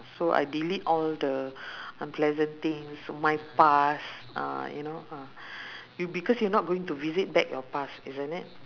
so I delete all the unpleasant things my past uh you know uh you because you not going to visit back your past isn't it